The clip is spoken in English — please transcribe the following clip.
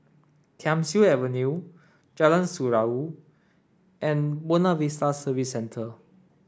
Thiam Siew Avenue Jalan Surau and Buona Vista Service Centre